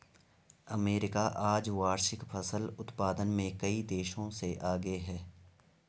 America आज वार्षिक फसल उत्पादन में कई देशों से आगे है